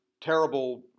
terrible